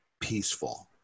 peaceful